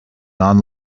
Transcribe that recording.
non